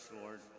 Lord